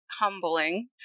humbling